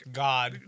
god